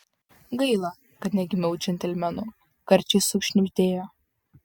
gaila kad negimiau džentelmenu karčiai sušnibždėjo